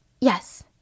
Yes